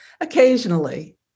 Occasionally